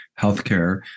healthcare